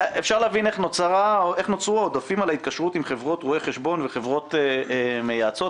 איך נוצרו עודפים מהתקשרות עם חברות רואי חשבון וחברות מייעצות?